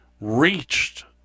reached